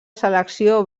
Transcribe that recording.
selecció